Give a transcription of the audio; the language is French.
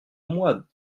moi